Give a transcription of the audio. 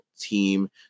team